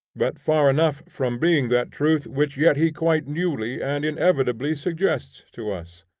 but far enough from being that truth which yet he quite newly and inevitably suggests to us.